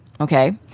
okay